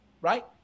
right